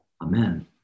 amen